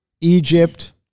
Egypt